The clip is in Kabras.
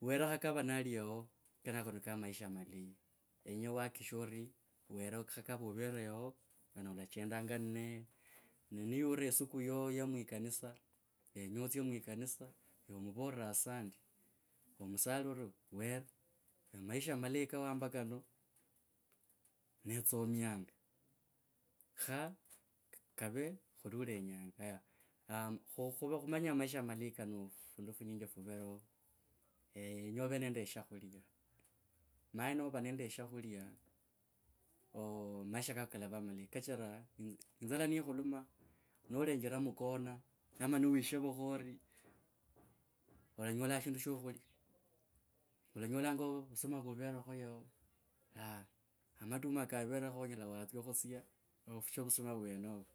were khakava nali yao, kenako niko maisha malayi kenya wakikishe ori, were khakua uvere yao khandi olachendanga ninaye ne niyure esuku yo mwikanisa, notsia mwikanisa nomuvora asandi omusale ori were, a maisha malayi kawamba kano, netsomianga kha kave khuliolenyanga. Haya aah khu, khumenya a maisha malayi kano tundu funyinyi fuvereo, yenya ovee nende shakhulya, omanye nova nende shakulya, ooh, maisha kako kalava malavi kachira inzala nikhuluma, nolanjera mu corner ama niwishevukha orii, olanyola shindo sholkulia, olanyalanga vusuma vuverekho yao, amatuma kavereo onyela khutsia khusia ofuche vusuna vwenovo.